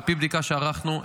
על פי בדיקה שערכנו,